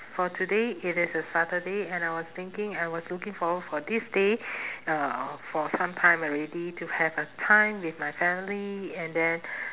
for today it is a saturday and I was thinking I was looking forward for this day uh for some time already to have a time with my family and then